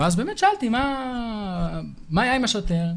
ואז באמת שאלתי מה היה עם השוטר.